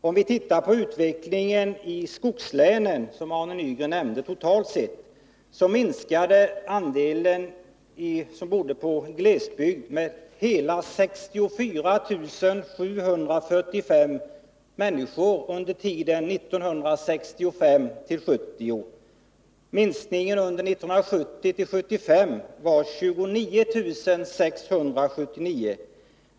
Om vi studerar utvecklingen i skogslänen totalt sett, som Arne Nygren var inne på, finner vi att andelen invånare som bodde i glesbygd minskade med hela 64745 människor under tiden 1965-1970. Minskningen under 1970-1975 var 29 679.